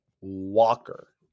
walker